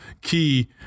key